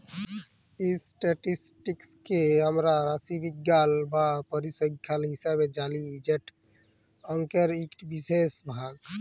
statistics কে আমরা রাশিবিজ্ঞাল বা পরিসংখ্যাল হিসাবে জালি যেট অংকের ইকট বিশেষ ভাগ